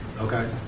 Okay